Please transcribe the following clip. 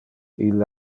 ille